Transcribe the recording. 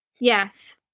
Yes